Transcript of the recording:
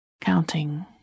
counting